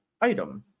item